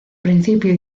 principio